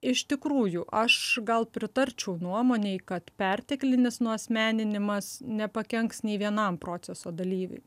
iš tikrųjų aš gal pritarčiau nuomonei kad perteklinis nuasmeninimas nepakenks nei vienam proceso dalyviui